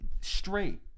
straight